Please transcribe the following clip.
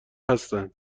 هستن